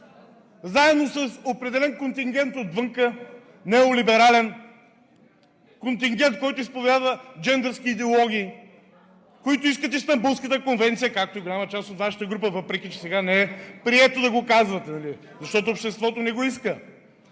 заедно с определен контингент отвън, неолиберален – контингент, който изповядва джендърски идеологии, които искат Истанбулската конвенция, както и голяма част от Вашата група, въпреки че сега не е прието да го казвате, защото обществото не го иска.